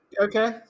Okay